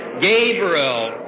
Gabriel